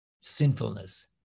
sinfulness